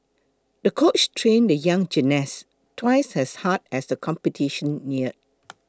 the coach trained the young gymnast twice as hard as the competition neared